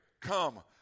Come